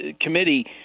committee